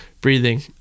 breathing